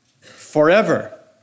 Forever